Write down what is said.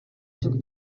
took